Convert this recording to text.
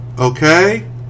Okay